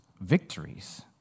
victories